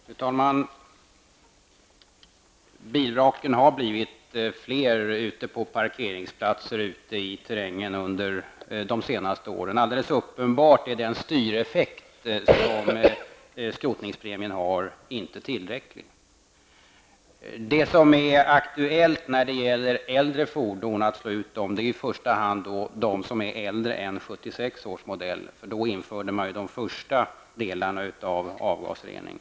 Fru talman! Bilvraken har blivit fler på parkeringsplatserna och ute i terrängen under de senaste åren. Alldeles uppenbart är den styreffekt som skrotningspremien skulle ha inte tillräckligt. När det gäller äldre fordon är det i första hand fordon som är äldre än 76 års modell som är aktuella, för det året var ju första etappen beträffande avgasrening.